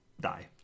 die